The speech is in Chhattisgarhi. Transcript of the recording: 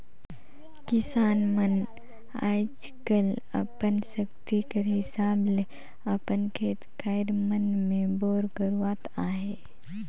किसान मन आएज काएल अपन सकती कर हिसाब ले अपन खेत खाएर मन मे बोर करवात अहे